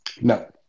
No